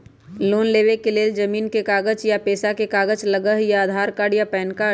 Loan लेवेके लेल जमीन के कागज या पेशा के कागज लगहई या आधार कार्ड या पेन कार्ड?